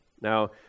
Now